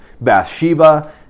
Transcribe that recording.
Bathsheba